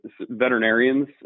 veterinarians